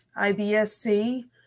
IBS-C